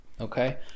okay